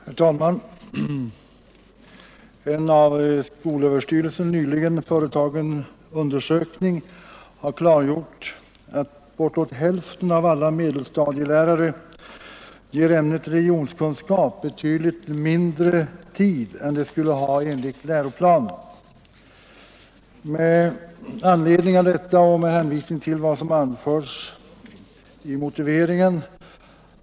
Herr talman! En av skolöverstyrelsen nyligen företagen undersökning har klargjort, att bortåt hälften av alla mellanstadielärare ger ämnet religionskunskap betydligt mindre tid än det skulle ha enligt läroplanen. Olika uppgifter från personer som tjänstgör i eller har kontakt med skolan tyder också på att så är fallet. Då man samtidigt vet att kurserna i religionskunskap är mycket omfattande, måste man ifrågasätta om målsättningen för undervisningen i ämnet under sådana förhållanden kan nås.